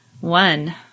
one